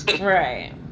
Right